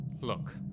look